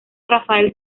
rafael